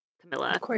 Camilla